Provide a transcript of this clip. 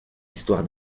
histoire